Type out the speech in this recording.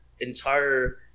entire